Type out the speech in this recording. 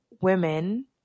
women